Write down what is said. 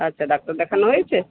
আচ্ছা ডাক্তার দেখানো হয়েছে